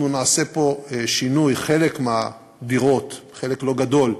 אנחנו נעשה פה שינוי: חלק מהדירות, חלק לא גדול,